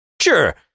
Sure